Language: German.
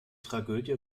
tragödie